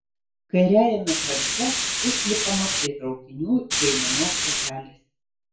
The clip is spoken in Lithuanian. kairiajame krante išlipama prie traukinių žeimenos stotelės